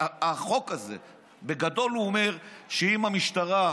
החוק הזה אומר בגדול שאם המשטרה,